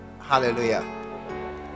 hallelujah